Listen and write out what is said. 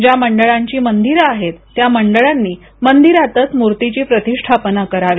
ज्या मंडळांची मंदिर आहेत त्या मंडळांनी मंदिरातच मूर्तीची प्रतिष्ठापना करावी